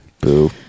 Boo